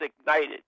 ignited